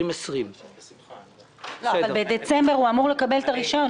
2020. אבל בדצמבר הוא אמור לקבל את הרישיון,